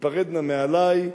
"הפרד נא מעלי,